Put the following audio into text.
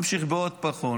ממשיך בעוד פחון,